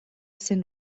sind